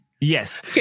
Yes